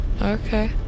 okay